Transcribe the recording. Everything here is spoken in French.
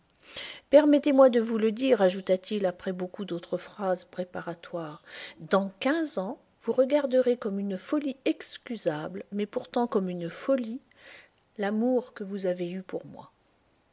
permettez-moi de vous le dire ajouta-t-il après beaucoup d'autres phrases préparatoires dans quinze ans vous regarderez comme une folie excusable mais pourtant comme une folie l'amour que vous avez eu pour moi